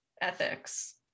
ethics